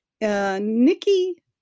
Nikki